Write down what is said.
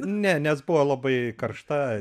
ne nes buvo labai karšta